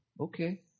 Okay